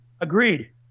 Agreed